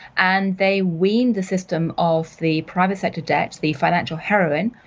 and they weaned the system off the private sector debt, the financial heroin,